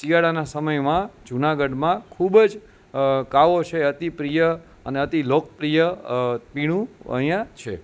શિયાળાના સમયમાં જુનાગઢમાં ખૂબ જ કાવો છે અતિ પ્રિય અને અતિ લોકપ્રિય પીણું અહીંયાં છે